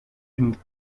une